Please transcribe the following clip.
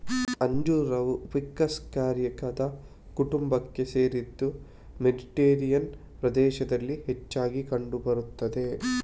ಅಂಜೂರವು Ficus ಕ್ಯಾರಿಕಾದ ಕುಟುಂಬಕ್ಕೆ ಸೇರಿದ್ದು ಮೆಡಿಟೇರಿಯನ್ ಪ್ರದೇಶದಲ್ಲಿ ಹೆಚ್ಚಾಗಿ ಕಂಡು ಬರುತ್ತದೆ